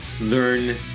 learn